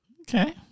Okay